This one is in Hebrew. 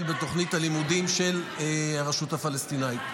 בתוכנית הלימודים של הרשות הפלסטינית.